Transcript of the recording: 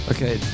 Okay